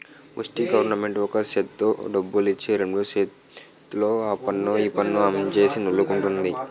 ముస్టి గవరమెంటు ఒక సేత్తో డబ్బులిచ్చి రెండు సేతుల్తో ఆపన్ను ఈపన్ను అంజెప్పి నొల్లుకుంటంది